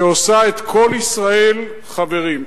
"שעושה את כל ישראל חברים".